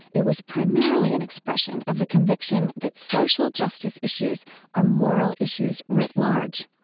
it was primarily an expression of the conviction that social justice issues are moral issues writ large.